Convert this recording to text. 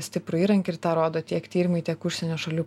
stiprų įrankį ir tą rodo tiek tyrimai tiek užsienio šalių